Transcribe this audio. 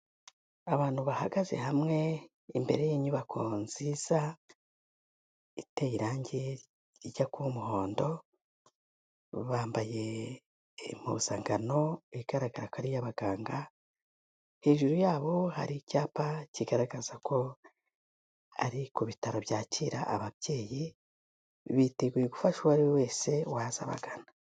Abantu bahagaze hamwe imbere y'inyubako nziza iteye irangi rijya kuba umuhondo, bambaye impuzankano igaragara ko ari iy'abaganga hejuru yabo hari icyapa kigaragaza ko ari ku bitaro byakira ababyeyi, biteguye gufasha uwari we wese waza abagana.